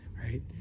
right